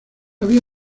había